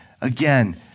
again